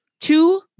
Two